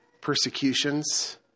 persecutions